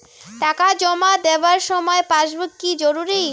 টাকা জমা দেবার সময় পাসবুক কি জরুরি?